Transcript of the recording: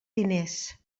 diners